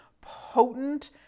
potent